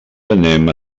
anem